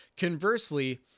Conversely